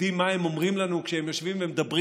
יודעים מה הם אומרים לנו כשהם יושבים ומדברים